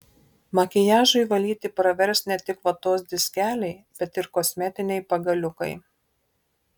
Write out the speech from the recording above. makiažui valyti pravers ne tik vatos diskeliai bet ir kosmetiniai pagaliukai